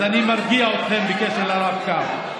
אז אני מרגיע אתכם בקשר לרב-קו,